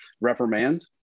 reprimand